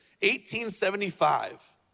1875